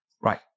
right